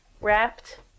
wrapped